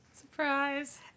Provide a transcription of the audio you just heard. Surprise